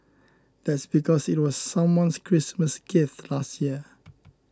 that's because it was someone's Christmas gift last year